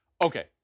Okay